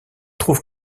trouve